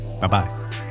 Bye-bye